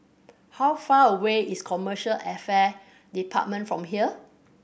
how far away is Commercial Affair Department from here